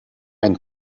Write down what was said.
ein